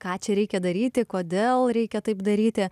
ką čia reikia daryti kodėl reikia taip daryti